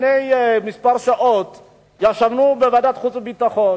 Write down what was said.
לפני שעות מספר ישבנו בוועדת חוץ וביטחון.